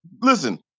listen